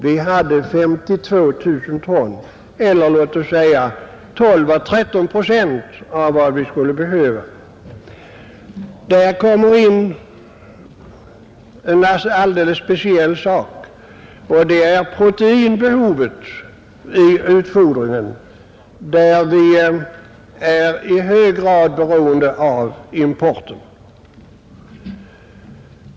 Vi hade 52 000 ton eller låt mig säga 12 å 13 procent av vad vi skulle behöva. Där kommer in en alldeles speciell sak, och det är proteinbehovet vid utfodringen, där vi i hög grad är beroende av import.